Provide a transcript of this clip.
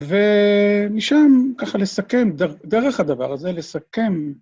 ומשם ככה לסכם, דרך הדבר הזה לסכם.